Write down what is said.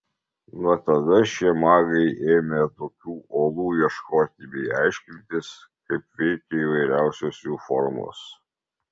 nuo tada šie magai ėmė tokių olų ieškoti bei aiškintis kaip veikia įvairiausios jų formos